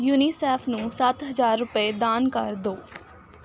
UNICEF ਨੂੰ ਸੱਤ ਹਜ਼ਾਰ ਰੁਪਏ ਦਾਨ ਕਰ ਦੋ